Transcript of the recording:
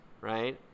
right